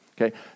Okay